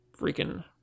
Freaking